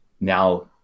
now